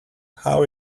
how